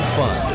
fun